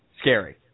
scary